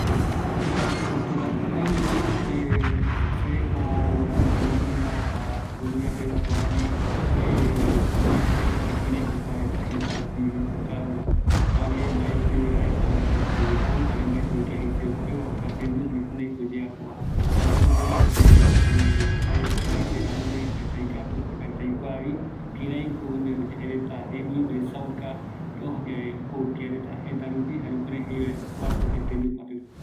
Kua tetaguasu jaenungavi mbaetɨvi yaesa jembiu, jare kïraïko oesauka reta jembiu, ëreï opaete rupi rämi oïmeko oipotague tembiu jokope, jaevaera kuraïko jae reta jembiu jaepota, ëreï oïmeko tembiu ikavigue aipo opouvareta pegua